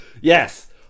Yes